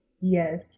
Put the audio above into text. Yes